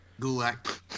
Gulak